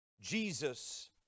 Jesus